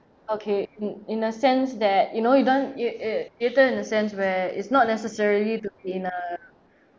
okay mm in a sense that you know you don't it it in a sense where is not necessarily in a